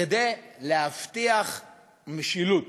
כדי להבטיח משילות.